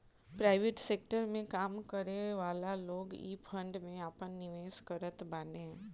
private sector में काम करेवाला लोग इ फंड में आपन निवेश करत बाने